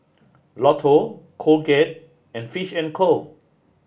Lotto Colgate and Fish and Co